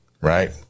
right